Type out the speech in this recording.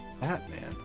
Batman